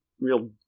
real